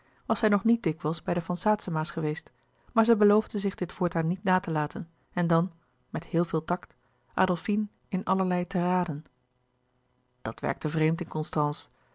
was zij nog niet dikwijls bij de van saetzema's geweest maar zij beloofde zich dit voortaan niet na te laten en dan met heel veel tact adolfine in allerlei te raden dat werkte vreemd in constance